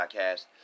Podcast